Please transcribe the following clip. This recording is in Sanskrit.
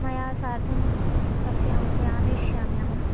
मया साकं कस्यामपि आनयिष्यामि अहं